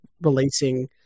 releasing